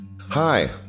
Hi